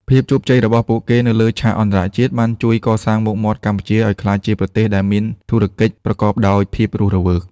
ជោគជ័យរបស់ពួកគេនៅលើឆាកអន្តរជាតិ បានជួយកសាងមុខមាត់កម្ពុជាឱ្យក្លាយជាប្រទេសដែលមានធុរកិច្ចប្រកបដោយភាពរស់រវើក។